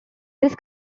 this